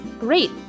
Great